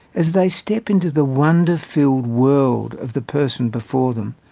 as they step into the wonder-filled world of the person before them,